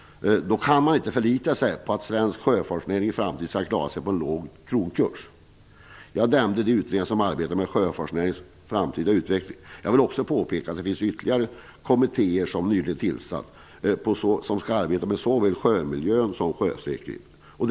Då kan man inte förlita sig på att svensk sjöfartsnäring i framtiden skall klara sig på grund av en låg kronkurs. Jag nämnde två utredningar som nu arbetar med sjöfartsnäringens framtida utveckling. Jag vill också påpeka att det finns ytterligare kommittéer som nyligen tillsatts och som skall arbeta med såväl sjömiljö som sjösäkerhet.